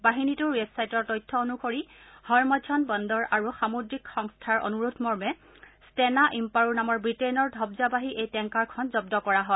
বাহিনীটোৰ ৱেবছাইটৰ তথ্য অনুসৰি হৰমঝন বন্দৰ আৰু সামুদ্ৰিক সংস্থাৰ অনুৰোধ মৰ্মে ট্টেনা ইম্পাৰো নামৰ বুটেইনৰ ধবজাবাহী এই টেংকাৰখন জন্দ কৰা হয়